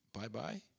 Bye-bye